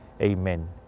Amen